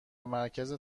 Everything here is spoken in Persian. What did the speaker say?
مرکز